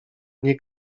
nie